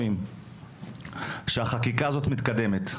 ורואים שהחקיקה מתקדמת,